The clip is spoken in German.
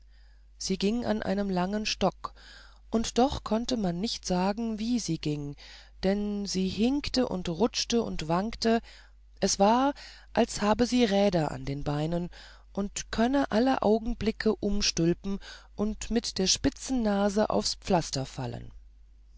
sie ging an einem langen stock und doch konnte man nicht sagen wie sie ging denn sie hinkte und rutschte und wankte es war als habe sie räder in den beinen und könne alle augenblicke umstülpen und mit der spitzigen nase aufs pflaster fallen